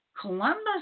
Columbus